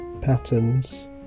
patterns